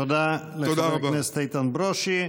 תודה לחבר הכנסת איתן ברושי.